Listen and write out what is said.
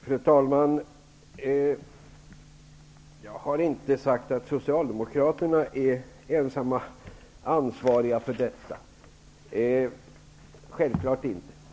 Fru talman! Jag har inte sagt att det är socialdemokraterna som ensamma är ansvariga. Självfallet inte.